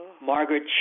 Margaret